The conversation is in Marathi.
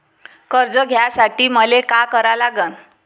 कर्ज घ्यासाठी मले का करा लागन?